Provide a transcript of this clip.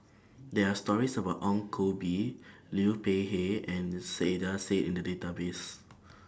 There Are stories about Ong Koh Bee Liu Peihe and Saiedah Said in The Database